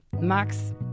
Max